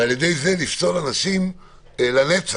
ועל-ידי זה לפסול אנשים לנצח.